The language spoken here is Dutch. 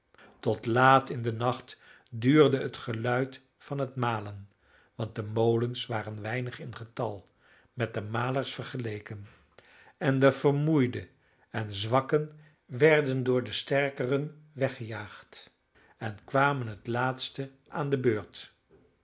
tot laat in den nacht duurde het geluid van het malen want de molens waren weinig in getal met de malers vergeleken en de vermoeiden en zwakken werden door de sterkeren weggejaagd en kwamen het laatste aan de beurt